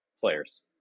players